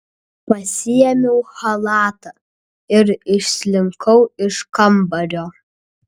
pasiėmiau chalatą ir išslinkau iš kambario